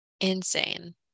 Insane